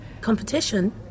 Competition